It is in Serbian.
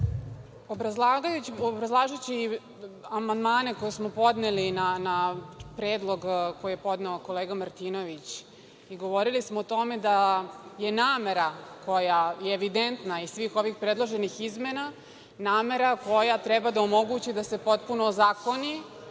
amandmane koje smo podneli na predlog koji je podneo kolega Martinović, govorili smo o tome da je namera koja je evidentna iz svih ovih predloženih izmena, namera koja treba da omogući da se potpuno ozakoni